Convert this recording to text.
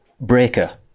Breaker